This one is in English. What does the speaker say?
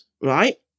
right